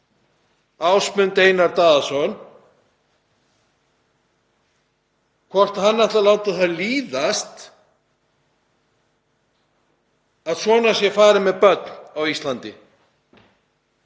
Ásmund Einar Daðason hvort hann ætli að láta það líðast að svona sé farið með börn á Íslandi?